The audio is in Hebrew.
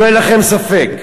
שלא יהיה לכם ספק.